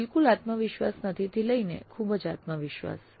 બિલકુલ આત્મવિશ્વાસ નથી થી લઈને ખૂબ જ આત્મવિશ્વાસ